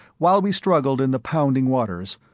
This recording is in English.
while we struggled in the pounding waters,